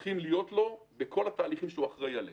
יהיו לו בכל התהליכים שהוא אחראי עליהם.